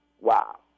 wow